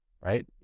right